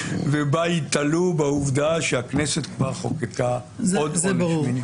ובה ייתלו בעובדה שהכנסת כבר חוקקה עוד עונש מינימום.